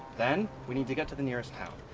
then, we need to get to the nearest town.